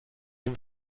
dem